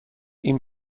این